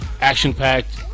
action-packed